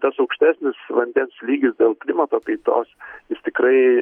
tas aukštesnis vandens lygis dėl klimato kaitos jis tikrai